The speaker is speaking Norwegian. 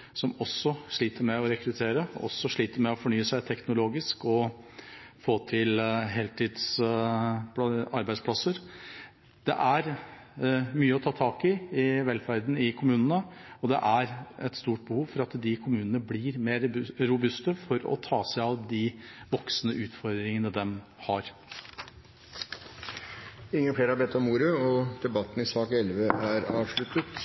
overfor, også innenfor akuttmedisin og legevakt – et forsømt område i mange kommuner – hvor kommunene som eiere av de 112 interkommunale legevaktene, sliter med å rekruttere, med å fornye dem teknologisk og få til heltidsarbeidsplasser. Det er mye å ta tak i innenfor velferden i kommunene. Det er et stort behov for at kommunene blir mer robuste for å ta seg av de voksende utfordringene de har. Flere har ikke bedt om ordet til